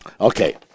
Okay